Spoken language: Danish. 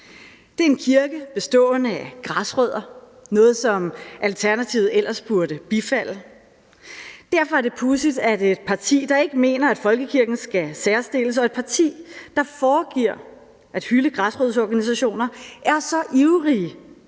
Det er en kirke bestående af græsrødder – noget, som Alternativet ellers burde bifalde. Derfor er det pudsigt, at et parti, der ikke mener, at folkekirken skal særstilles, og foregiver at hylde græsrodsorganisationer, er så ivrige